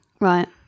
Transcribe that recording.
right